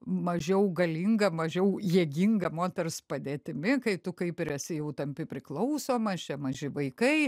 mažiau galinga mažiau jėginga moters padėtimi kai tu kaip ir esi jau tampi priklausomas šie maži vaikai